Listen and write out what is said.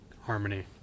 harmony